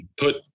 Put